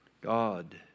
God